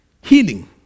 healing